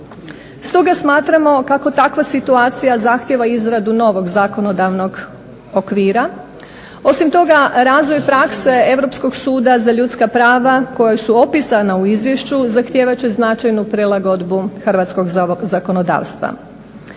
Stoga smatramo kako takva situacija zahtjeva izradu novog zakonodavnog okvira. Osim toga razvoj prakse Europskog suda za ljudska prava koja su opisana u izvješću zahtijevat će značajnu prilagodbu hrvatskog zakonodavstva.